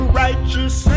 righteous